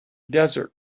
desert